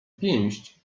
pięść